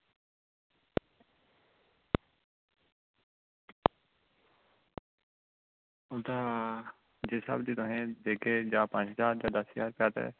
जिस स्हाब दे पंज ज्हार जां दस्स ज्हार